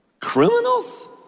Criminals